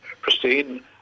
pristine